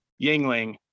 Yingling